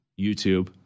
YouTube